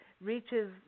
reaches